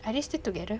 are they still together